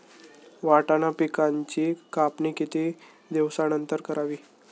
वाटाणा पिकांची कापणी किती दिवसानंतर करावी?